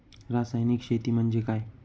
रासायनिक शेती म्हणजे काय?